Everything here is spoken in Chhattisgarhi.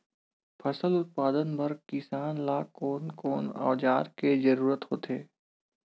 फसल उत्पादन बर किसान ला कोन कोन औजार के जरूरत होथे?